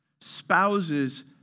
Spouses